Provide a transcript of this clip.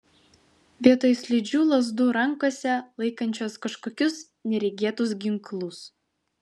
vietoj slidžių lazdų rankose laikančios kažkokius neregėtus ginklus